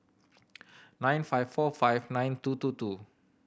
nine five four five nine two two two